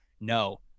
no